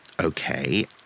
Okay